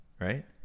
Right